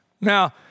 Now